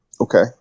Okay